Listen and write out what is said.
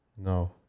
No